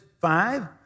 five